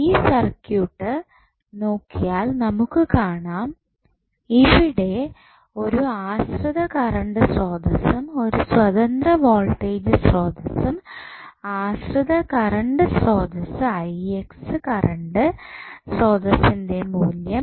ഈ സർക്യൂട്ട് നോക്കിയാൽ നമുക്ക് കാണാം ഇവിടെ ഒരു ആശ്രിത കറണ്ട് സ്രോതസ്സും ഒരു സ്വതന്ത്ര വോൾട്ടേജ് സ്രോതസ്സും ആശ്രിത കറണ്ട് സ്രോതസ്സ് കറണ്ട് ശ്രോതസിൻറെ മൂല്യം